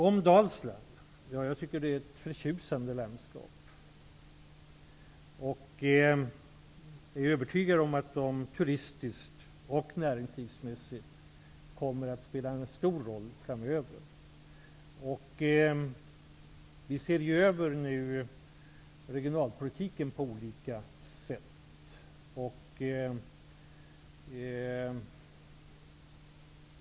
Jag tycker att Dalsland är ett förtjusande landskap. Jag är övertygad om att länet turistiskt och näringslivmässigt kommer att spela en stor roll framöver. Vi gör nu på olika sätt en översyn av regionalpolitiken.